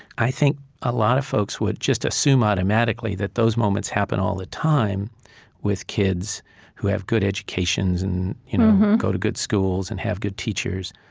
i think a lot of folks would just assume automatically that those moments happen all the time with kids who have good educations, and you know go to good schools, and have good teachers.